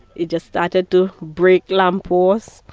it just started to break lampposts.